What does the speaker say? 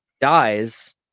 dies